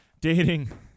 Dating